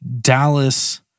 Dallas